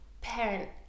parent